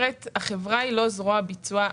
החברה היא לא זרוע ביצוע.